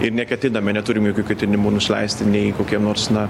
ir neketiname neturim jokių ketinimų nusileisti nei kokiem nors na